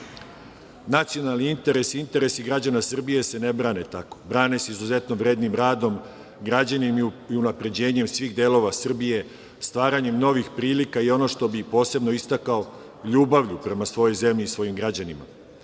napadima. Nacionalni interesi i interesi građana Srbije se ne brane tako. Brane se izuzetno vrednim radom, građenjem i unapređenjem svih delova Srbije, stvaranjem novih prilika i ono što bih posebno istakao, ljubavlju prema svojoj zemlji i svojim građanima,